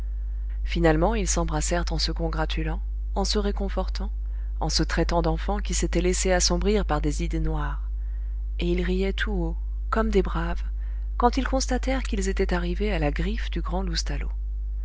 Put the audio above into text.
finalement ils s'embrassèrent en se congratulant en se réconfortant en se traitant d'enfants qui s'étaient laissé assombrir par des idées noires et ils riaient tout haut comme des braves quand ils constatèrent qu'ils étaient arrivés à la griffe du grand